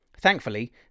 Thankfully